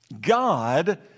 God